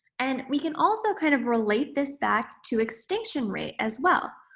and, we can also kind of relate this back to extinction rate as well,